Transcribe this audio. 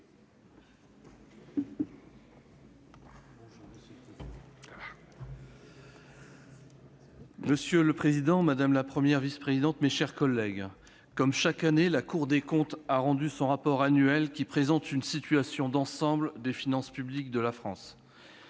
Monsieur le président, madame la Première présidente, mes chers collègues, comme chaque année, la Cour des comptes a rendu son rapport public annuel, qui présente une situation d'ensemble des finances publiques de la France.